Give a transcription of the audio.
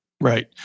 Right